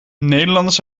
nederlanders